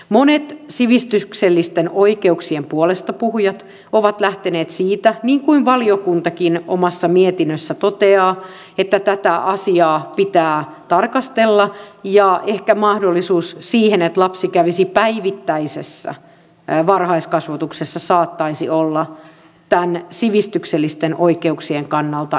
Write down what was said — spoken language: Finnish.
monet sivistyksellisten oikeuksien puolesta puhujat ovat lähteneet siitä niin kuin valiokuntakin omassa mietinnössään toteaa että tätä asiaa pitää tarkastella ja ehkä mahdollisuus siihen että lapsi kävisi päivittäisessä varhaiskasvatuksessa saattaisi olla näiden sivistyksellisten oikeuksien kannalta ensisijaista